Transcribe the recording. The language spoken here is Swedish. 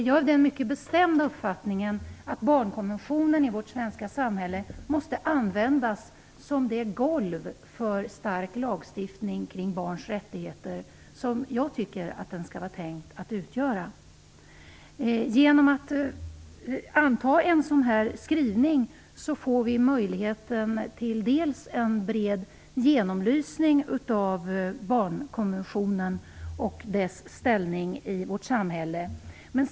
Jag är av den mycket bestämda uppfattningen att barnkonventionen i vårt svenska samhälle måste användas som det golv för stark lagstiftning kring barns rättigheter som jag tycker att den skall vara tänkt att utgöra. Genom att anta en sådan här skrivning får vi möjligheter till en bred genomlysning av barnkonventionen och dess ställning i vårt samhälle.